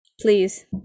Please